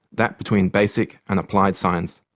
that between basic and applied science.